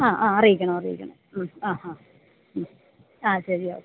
ആ ആ അറിയിക്കണം അറിയിക്കണം മ്മ് ആ ഹാ ഹാ മ്മ് ആ ശരി ഓക്കേ